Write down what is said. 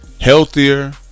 healthier